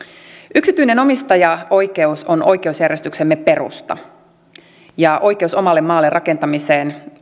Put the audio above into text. yksityinen omistajaoikeus on oikeusjärjestyksemme perusta ja oikeus omalle maalle rakentamiseen